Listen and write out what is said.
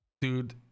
dude